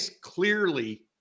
clearly